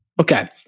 Okay